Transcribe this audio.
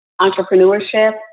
entrepreneurship